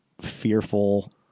fearful